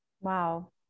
Wow